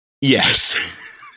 Yes